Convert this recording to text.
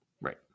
Right